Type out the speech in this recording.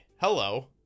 Hello